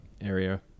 area